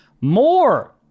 more